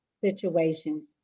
situations